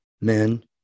men